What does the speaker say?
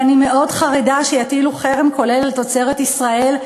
ואני מאוד חרדה שיטילו חרם כולל על תוצרת ישראל.